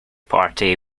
party